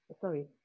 sorry